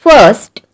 First